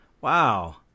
Wow